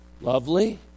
lovely